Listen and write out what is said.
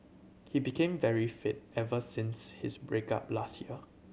he became very fit ever since his break up last year